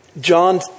John